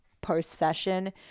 post-session